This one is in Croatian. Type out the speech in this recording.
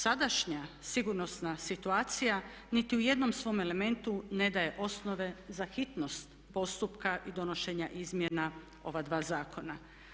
Sadašnja sigurnosna situacija niti u jednom svom elementu ne daje osnove za hitnost postupka i donošenja izmjena ova dva zakona.